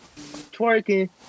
twerking